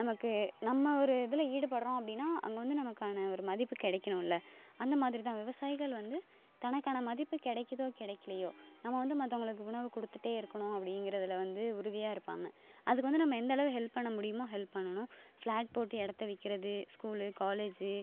நமக்கு நம்ம ஒரு இதில் ஈடுபடுறோம் அப்படின்னா அங்க வந்து நமக்கான ஒரு மதிப்பு கிடைக்கணும்ல்ல அந்த மாதிரி தான் விவசாயிகள் வந்து தனக்கான மதிப்பு கிடைக்குதோ கிடைக்கிலையோ நம்ம வந்து மற்றவங்களுக்கு உணவு கொடுத்துகிட்டே இருக்கணும் அப்படிங்கிறதுல வந்து உறுதியாக இருப்பாங்க அதுக்கு வந்து நம்ம எந்த அளவு ஹெல்ப் பண்ண முடியுமோ ஹெல்ப் பண்ணணும் ஃப்ளாட் போட்டு இடத்த விற்கிறது ஸ்கூலு காலேஜு